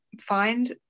find